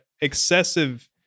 excessive